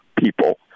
people